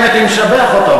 אם הייתי משבח אותו.